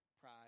Pride